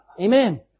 Amen